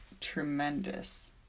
tremendous